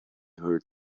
her